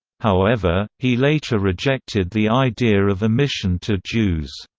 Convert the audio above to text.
however, he later rejected the idea of a mission to jews.